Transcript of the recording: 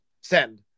send